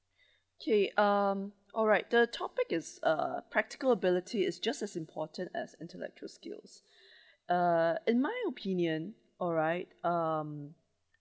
okay um all right the topic is uh practical ability is just as important as intellectual skills uh in my opinion alright um